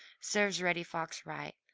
serves reddy fox right.